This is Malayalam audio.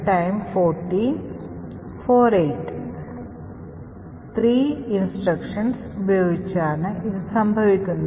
3 നിർദ്ദേശങ്ങൾ ഉപയോഗിച്ചാണ് ഇത് സംഭവിക്കുന്നത്